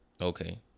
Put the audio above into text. Okay